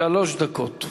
שלוש דקות.